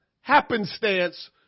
happenstance